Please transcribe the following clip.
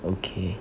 okay